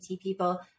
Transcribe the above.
people